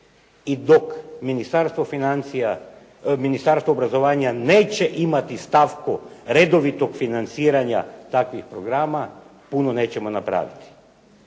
Ministarstvo obrazovanja neće imati stavku redovitog financiranja takvih programa puno nećemo napraviti.